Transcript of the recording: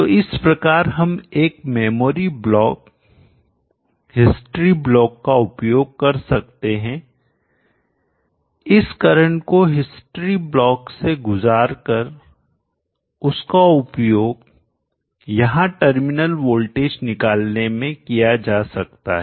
तो इस प्रकार हम एक मेमोरी ब्लॉक हिस्ट्री ब्लॉक का उपयोग कर सकते हैं इस करंट को हिस्ट्री ब्लॉक से गुजार कर उसका उपयोग यहां टर्मिनल वोल्टेज निकालने में किया जा सकता है